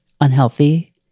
unhealthy